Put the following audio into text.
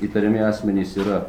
įtariami asmenys yra